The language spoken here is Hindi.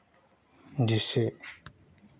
जिससे